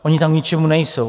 Ony tam k ničemu nejsou.